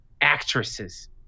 Actresses